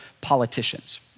politicians